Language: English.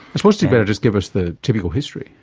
suppose you'd better just give us the typical history.